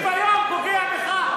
שוויון פוגע בך?